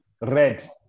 red